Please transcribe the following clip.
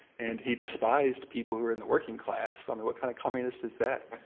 and he despised people who were in the working class. i mean, what kind of communist is that?